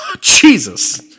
Jesus